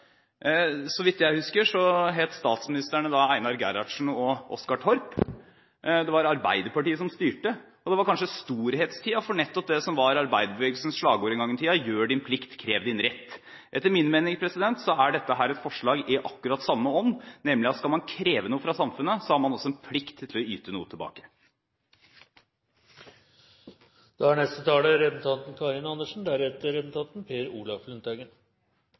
Så vidt jeg husker, het statsministerne da Einar Gerhardsen og Oscar Torp, det var Arbeiderpartiet som styrte, og det var kanskje storhetstiden for nettopp det som var arbeiderbevegelsens slagord en gang i tiden: «Gjør din plikt – Krev din rett». Etter min mening er dette et forslag i akkurat samme ånd, nemlig at skal man kreve noe fra samfunnet, har man også en plikt til å yte noe tilbake. Noen av oss er